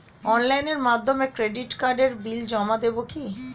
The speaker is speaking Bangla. অনলাইনের মাধ্যমে ক্রেডিট কার্ডের বিল জমা দেবো কি?